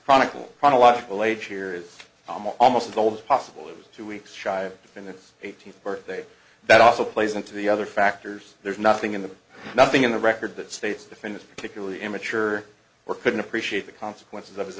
chronicle chronological age here is i'm almost as old as possible it was two weeks shy of in the eighteenth birthday that also plays into the other factors there's nothing in the nothing in the record that states to finish particularly immature or couldn't appreciate the consequences of his